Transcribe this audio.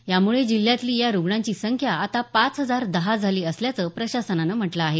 यामुळे जिल्ह्यातली या रुग्णांची संख्या आता पाच हजार दहा झाली असल्याचं प्रशासनानं म्हटलं आहे